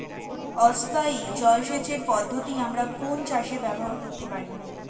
অর্ধ স্থায়ী জলসেচ পদ্ধতি আমরা কোন চাষে ব্যবহার করতে পারি?